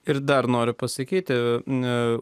ir dar noriu pasakyti ne